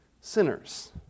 sinners